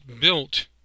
built